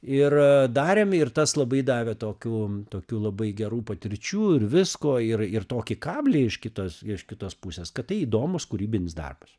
ir darėm ir tas labai davė tokių tokių labai gerų patirčių ir visko ir ir tokį kablį iš kitos iš kitos pusės kad tai įdomus kūrybinis darbas